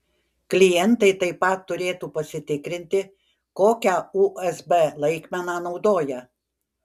klientai taip pat turėtų pasitikrinti kokią usb laikmeną naudoja